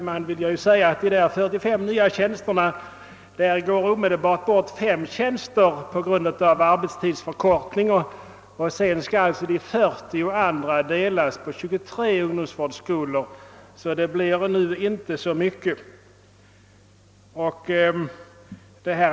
Herr talman! Av de 45 nya tjänsterna, herr Bergman, går det omedelbart bort fem på grund av arbetstidsförkortning och sedan skall alltså de återstående 40 tjänsterna delas på 23 ungdomsvårdsskolor, så det blir inte så mycket.